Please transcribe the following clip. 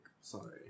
Sorry